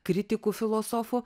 kritikų filosofų